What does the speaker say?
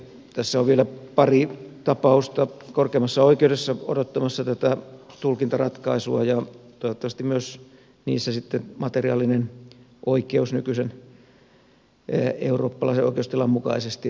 tässä on vielä pari tapausta korkeimmassa oikeudessa odottamassa tätä tulkintaratkaisua ja toivottavasti myös niissä sitten materiaalinen oikeus nykyisen eurooppalaisen oikeustilan mukaisesti toteutuu